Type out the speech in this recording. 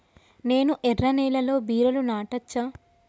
నేను ఎర్ర నేలలో బీరలు నాటచ్చా?